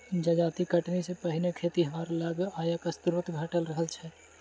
जजाति कटनी सॅ पहिने खेतिहर लग आयक स्रोत घटल रहल छै